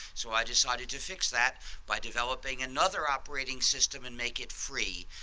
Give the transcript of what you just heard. so i decided to fix that by developing another operating system and make it free,